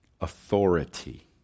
authority